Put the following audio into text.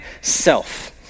self